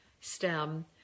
stem